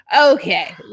Okay